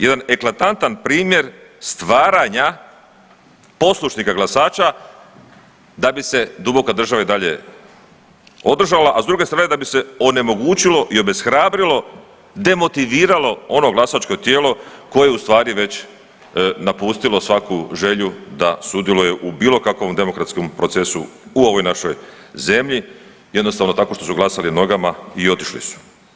Jedan eklatantan primjer stvaranja poslušnika glasača da bi se duboka država i dalje održala, a s druge strane da bi se onemogućilo i obeshrabrilo, demotiviralo ono glasačko tijelo koje je u stvari već napustilo svaku želju da sudjeluje u bilo kakvom demokratskom procesu u ovoj našoj zemlji jednostavno tako što su glasali nogama i otišli su.